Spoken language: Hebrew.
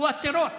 הוא התירוץ,